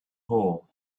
hole